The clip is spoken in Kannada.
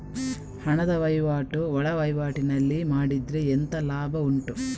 ಹಣದ ವಹಿವಾಟು ಒಳವಹಿವಾಟಿನಲ್ಲಿ ಮಾಡಿದ್ರೆ ಎಂತ ಲಾಭ ಉಂಟು?